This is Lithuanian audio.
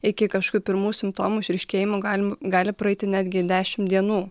iki kažkokių pirmų simptomų išryškėjimo galim gali praeiti netgi dešim dienų